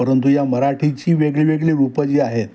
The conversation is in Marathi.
परंतु या मराठीची वेगळीवेगळी रूपं जी आहेत